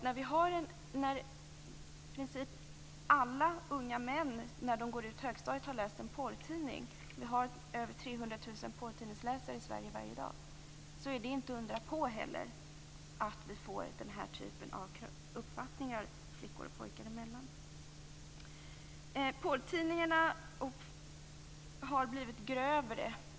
När i princip alla unga män har läst en porrtidning när de går ut högstadiet - vi har över 300 000 porrtidningsläsare i Sverige varje dag - är det inte heller att undra på att vi får den här typen av uppfattningar flickor och pojkar emellan. Porrtidningarna har blivit grövre.